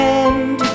end